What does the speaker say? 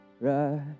right